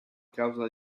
causa